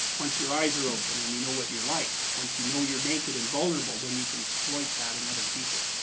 once your eyes are open and you know what you're like, once you know you're naked and vulnerable, you can exploit that in other people.